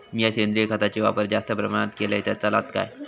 मीया सेंद्रिय खताचो वापर जास्त प्रमाणात केलय तर चलात काय?